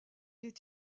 est